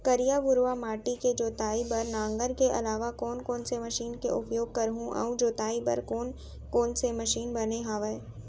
करिया, भुरवा माटी के जोताई बर नांगर के अलावा कोन कोन से मशीन के उपयोग करहुं अऊ जोताई बर कोन कोन से मशीन बने हावे?